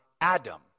Adam